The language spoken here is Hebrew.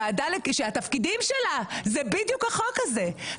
ועדה שהתפקידים שלה זה בדיוק החוק הזה,